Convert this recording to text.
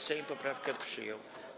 Sejm poprawkę przyjął.